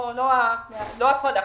לא הכול אחיד,